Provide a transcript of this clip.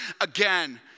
again